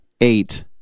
eight